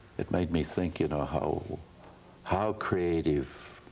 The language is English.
it made me think you know how how creative,